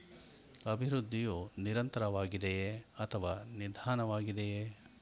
ಅಭಿವೃದ್ಧಿಯು ನಿರಂತರವಾಗಿದೆಯೇ ಅಥವಾ ನಿಧಾನವಾಗಿದೆಯೇ?